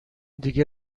دیگه